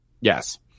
Yes